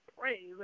praise